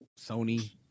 Sony